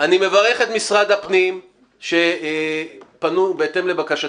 אני מברך את משרד הפנים שפנו בהתאם לבקשתי,